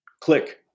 click